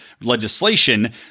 legislation